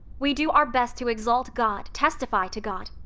we do our best to exalt god, testify to god.